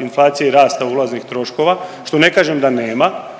inflacije i rasta ulaznih troškova što ne kažem da nema.